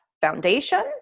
foundation